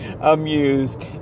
amused